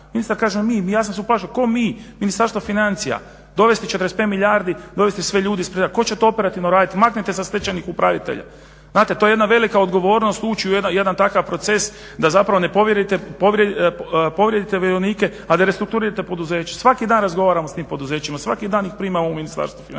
ministar kaže mi, ja sam se uplašio tko mi, Ministarstvo financija, dovesti 45 milijardi, dovesti sve ljude …, tko će to operativno radit, maknete sa stečajnih upravitelja. Znate to je jedna velika odgovornost ući u jedan takav proces da zapravo ne povrijedite vjerovnike, a da restrukturirate poduzeća. Svaki dan razgovaramo s tim poduzećima, svaki dan ih primamo u Ministarstvo financija,